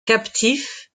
captif